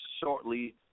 shortly